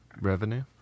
revenue